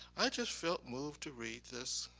i just felt moved to read this.